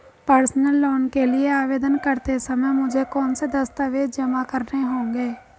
Personal loan के लिए आवेदन करते समय मुझे कौन से दस्तावेज़ जमा करने होंगे?